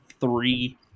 three